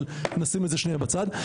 אבל נשים את זה שנייה בצד.